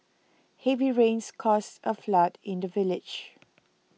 heavy rains caused a flood in the village